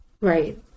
right